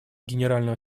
генерального